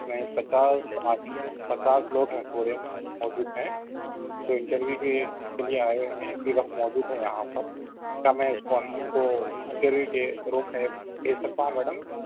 اس میں پچاس آدمی پچاس لوگ ہیں پورے موجود ہیں انٹرویو کے لیے آئے ہوئے ہیں اسی وقت موجود ہیں یہاں پر کیا میں اس کو ان کو انٹرویو کے روم میں بھیج سکتا ہوں میڈم